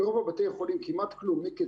מיקי,